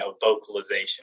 vocalization